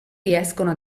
riescono